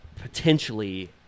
potentially